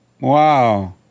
Wow